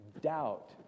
Doubt